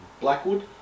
blackwood